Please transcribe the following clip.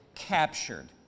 captured